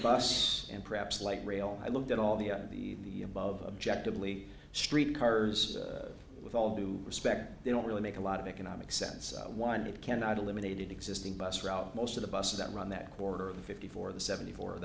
bus and perhaps light rail i looked at all the other the above objective lee street cars with all due respect they don't really make a lot of economic sense winded cannot eliminated existing bus route most of the buses that run that quarter of the fifty four the seventy fo